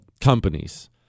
companies